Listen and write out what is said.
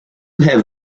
have